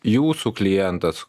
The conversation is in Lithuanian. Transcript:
jūsų klientas